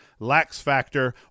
laxfactor